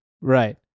right